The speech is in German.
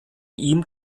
ihm